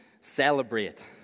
celebrate